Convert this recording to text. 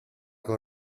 con